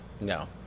No